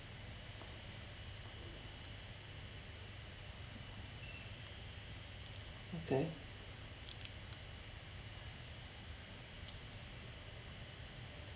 okay